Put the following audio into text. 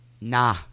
Nah